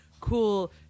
cool